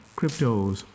cryptos